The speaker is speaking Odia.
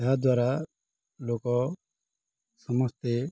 ଏହାଦ୍ୱାରା ଲୋକ ସମସ୍ତେ